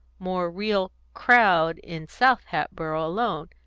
more real crowd in south hatboro' alone,